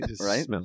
right